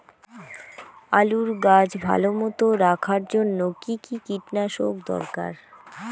আলুর গাছ ভালো মতো রাখার জন্য কী কী কীটনাশক দরকার?